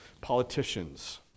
Politicians